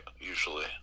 usually